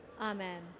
Amen